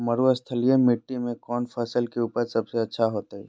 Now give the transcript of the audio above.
मरुस्थलीय मिट्टी मैं कौन फसल के उपज सबसे अच्छा होतय?